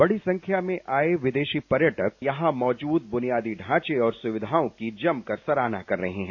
बड़ी संख्या में आए विदेशी पर्यटक यहां मौजूद बुनियादी ढांचे और सुविधाओं की जमकर सराहना कर रहे हैं